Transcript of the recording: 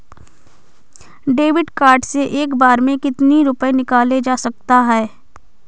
David card से एक बार में कितनी रूपए निकाले जा सकता है?